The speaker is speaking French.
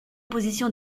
position